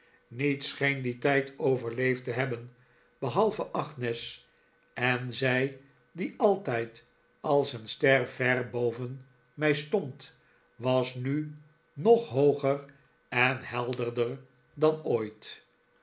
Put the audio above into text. niets scheen dien tijd overleefd te hebben behalve agnes en zij die altijd als een ster ver boven mij stond was nu nog hooger en helderder dan ooit